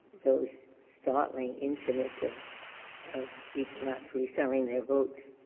those startling incidents of of people actually selling their votes.